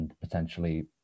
potentially